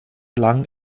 lang